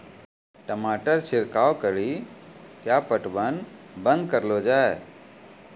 टमाटर छिड़काव कड़ी क्या पटवन बंद करऽ लो जाए?